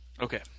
Okay